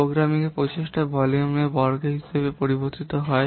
programming প্রচেষ্টা volume এর বর্গ হিসাবে পরিবর্তিত হয়